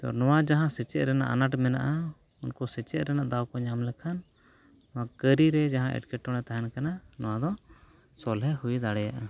ᱛᱚ ᱱᱚᱣᱟ ᱡᱟᱦᱟᱸ ᱥᱮᱪᱮᱫ ᱨᱮᱱᱟᱜ ᱟᱱᱟᱴ ᱢᱮᱱᱟᱜᱼᱟ ᱩᱱᱠᱩ ᱥᱮᱪᱮᱫ ᱨᱮᱱᱟᱜ ᱫᱟᱣ ᱠᱚ ᱧᱟᱢ ᱞᱮᱠᱷᱟᱱ ᱠᱟᱹᱨᱤ ᱨᱮ ᱡᱟᱦᱟᱸ ᱮᱴᱠᱮᱴᱚᱬᱮ ᱛᱟᱦᱮᱱ ᱠᱟᱱᱟ ᱱᱚᱣᱟ ᱫᱚ ᱥᱚᱞᱦᱮ ᱦᱩᱭ ᱫᱟᱲᱮᱭᱟᱜᱼᱟ